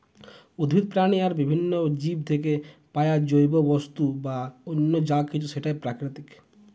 উদ্ভিদ, প্রাণী আর বিভিন্ন জীব থিকে পায়া জৈব বস্তু বা অন্য যা কিছু সেটাই প্রাকৃতিক